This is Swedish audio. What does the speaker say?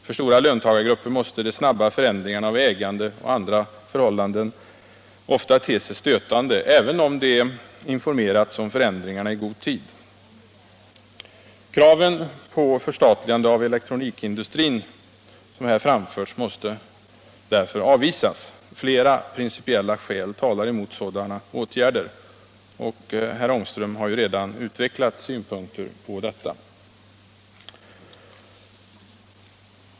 För stora löntagargrupper måste de snabba förändringarna av ägandeförhållanden och andra förhållanden ofta te sig stötande, även om de informerats om förändringarna i god tid. Kraven på förstatligande av elektronikindustrin måste därför avvisas. Flera principiella skäl talar emot sådana åtgärder. Herr Ångström har redan utvecklat synpunkter på detta.